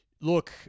look